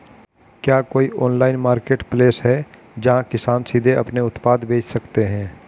क्या कोई online marketplace है जहां किसान सीधे अपने उत्पाद बेच सकते हैं?